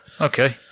okay